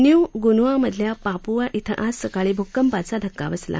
new Guinea मधल्या Papua धिं आज सकाळी भूकपाचा धक्का बसला